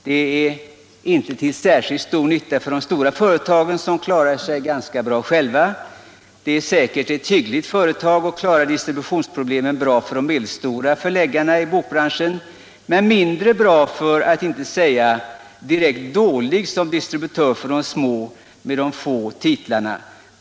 Det är inte till särskilt mycket nytta för de stora företagen, som klarar sig ganska bra själva. Säkert är det ett hyggligt företag och klarar distributionsproblemen bra för de medelstora förläggarna i bokbranschen, men det är mindre bra — för att inte säga direkt dåligt — som distributör för de små företagen med de få titlarna.